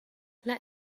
let